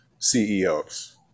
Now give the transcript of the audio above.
CEOs